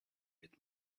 with